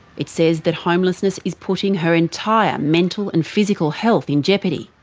it says that homelessness is putting her entire mental and physical health in jeopardy.